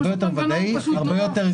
אם עברו עשר שנים, אל תלך